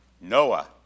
Noah